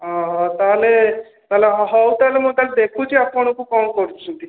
ଅହ ତାହାଲେ ତାହାଲେ ହଉ ତାହାଲେ ମୁଁ ତାହାଲେ ଦେଖୁଛି ଆପଣଙ୍କୁ କଣ କରୁଛନ୍ତି